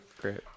Great